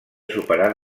superat